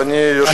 אדוני היושב-ראש,